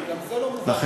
גם זה לא מובן מאליו.